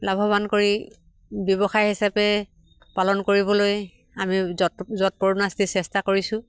লাভৱান কৰি ব্যৱসায় হিচাপে পালন কৰিবলৈ আমি যত চেষ্টা কৰিছোঁ